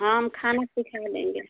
हाँ हम खाना सिखा देंगे